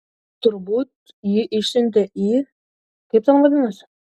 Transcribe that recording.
turbūt jį išsiuntė į kaip ten vadinasi